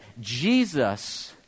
Jesus